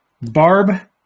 Barb